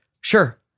sure